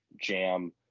jam